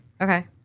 Okay